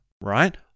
right